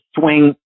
swing